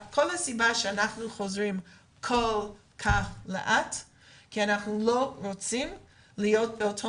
כל הסיבה שאנחנו חוזרים כל כך לאט היא כי אנחנו לא רוצים להיות באותו